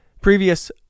previous